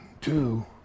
two